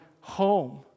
home